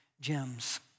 gems